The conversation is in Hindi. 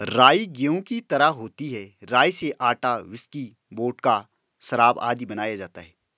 राई गेहूं की तरह होती है राई से आटा, व्हिस्की, वोडका, शराब आदि बनाया जाता है